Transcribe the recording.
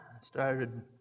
started